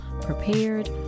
prepared